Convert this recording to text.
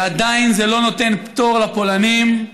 ועדיין, זה לא נותן פטור לפולנים,